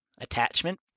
attachment